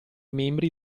membri